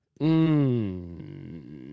Mmm